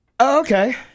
okay